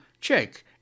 check